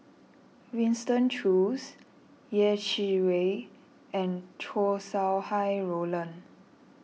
Winston Choos Yeh Chi Wei and Chow Sau Hai Roland